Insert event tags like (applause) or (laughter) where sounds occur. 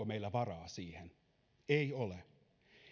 (unintelligible) meillä varaa siihen ei ole